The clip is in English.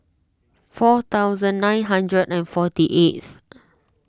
four thousand nine hundred and forty eighth